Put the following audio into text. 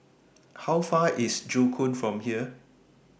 How Far away IS Joo Koon from here